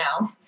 now